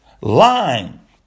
lying